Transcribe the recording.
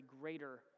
greater